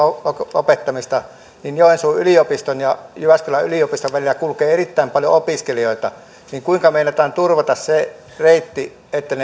lopettamista ja että joensuun yliopiston ja jyväskylän yliopiston välillä kulkee erittäin paljon opiskelijoita niin kuinka meinataan turvata se reitti että